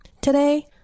today